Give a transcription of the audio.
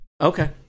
Okay